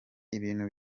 ibintu